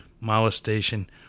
molestation